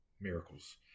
miracles